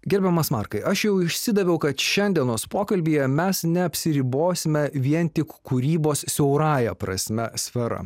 gerbiamas markai aš jau išsidaviau kad šiandienos pokalbyje mes neapsiribosime vien tik kūrybos siaurąja prasme sfera